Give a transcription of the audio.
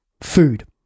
food